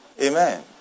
Amen